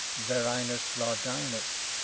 verrinus lardinus,